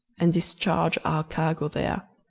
and discharge our cargo there,